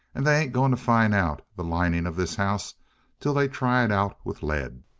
and they ain't going to find out the lining of this house till they try it out with lead.